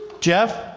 Jeff